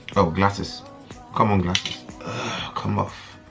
oh glasses come on glasses come off!